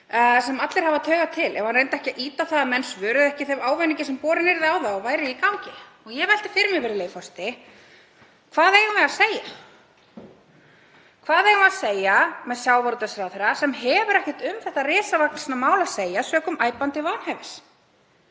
sem allir hafa taugar til, ef hann reyndi ekki að ýta á það að menn svöruðu ekki þeim ávæningi sem borinn yrði á þá og væri í gangi?“ Ég velti fyrir mér, virðulegi forseti: Hvað eigum við að segja? Hvað eigum við að segja um sjávarútvegsráðherra sem hefur ekkert um þetta risavaxna mál að segja sökum æpandi vanhæfis?